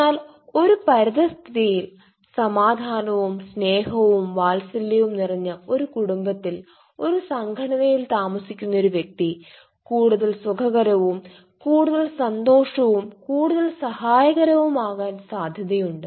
എന്നാൽ ഒരു പരിതസ്ഥിതിയിൽ സമാധാനവും സ്നേഹവും വാത്സല്യവും നിറഞ്ഞ ഒരു കുടുംബത്തിൽ ഒരു സംഘടനയിൽ താമസിക്കുന്ന ഒരു വ്യക്തി കൂടുതൽ സുഖകരവും കൂടുതൽ സന്തോഷവും കൂടുതൽ സഹായകരവുമാകാൻ സാധ്യതയുണ്ട്